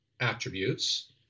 attributes